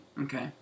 Okay